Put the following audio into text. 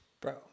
Bro